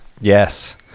Yes